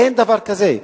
אין דבר כזה.